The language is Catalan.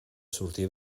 sortir